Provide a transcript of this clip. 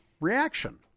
reaction